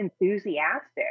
enthusiastic